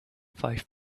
five